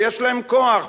ויש להם כוח,